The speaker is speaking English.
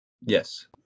Yes